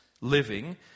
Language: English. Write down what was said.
living